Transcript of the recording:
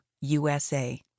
USA